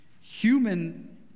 human